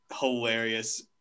hilarious